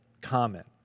comment